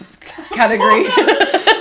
category